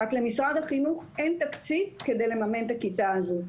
אבל למשרד החינוך אין תקציב כדי לממן את הכיתה הזאת,